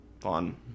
fun